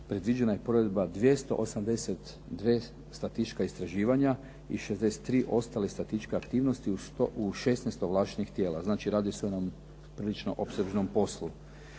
predviđena je provedba 282 statistička istraživanja i 63 ostale statističke aktivnosti u 16 ovlaštenih tijela. Znači, radi se o onom prilično opsežnom poslu.